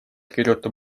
kirjutab